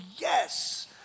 yes